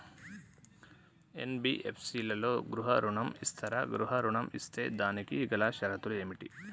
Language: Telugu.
ఎన్.బి.ఎఫ్.సి లలో గృహ ఋణం ఇస్తరా? గృహ ఋణం ఇస్తే దానికి గల షరతులు ఏమిటి?